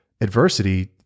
adversity